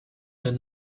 that